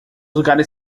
lugares